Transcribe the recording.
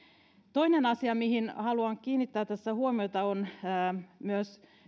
toinen asia mihin haluan kiinnittää tässä huomiota on myös